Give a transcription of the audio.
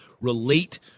relate